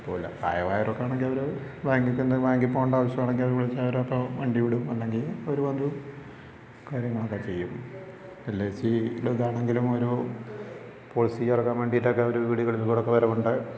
കുഴപ്പമില്ല പ്രായമായവരൊക്കെയാണെങ്കിൽ അവർ ബാങ്കി തന്നെ ബാങ്കിൽ പോകേണ്ട ആവശ്യമാണെങ്കിൽ അവരെ വിളിച്ചാൽ അവരപ്പോൾ വണ്ടി വിടും അല്ലെങ്കിൽ അവർ വന്ന് കാര്യങ്ങളൊക്കെ ചെയ്യും എൽ ഐ സിയുടെ ഇതാണെങ്കിലും അവർ പോളിസി അടയ്ക്കാൻ വേണ്ടിട്ടൊക്കെ അവർ വീടുകളിൽ കൂടിയൊക്കെ വരവുണ്ട്